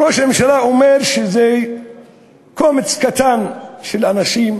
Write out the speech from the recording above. ראש הממשלה אומר שזה קומץ קטן של אנשים.